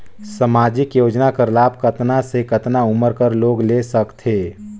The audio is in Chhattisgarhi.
समाजिक योजना कर लाभ कतना से कतना उमर कर लोग ले सकथे?